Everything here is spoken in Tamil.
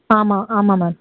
ஆமாம் ஆமாம் மேம்